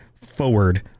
forward